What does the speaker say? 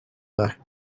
back